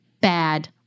Bad